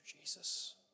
Jesus